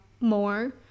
more